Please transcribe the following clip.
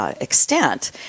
Extent